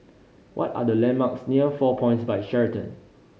what are the landmarks near Four Points By Sheraton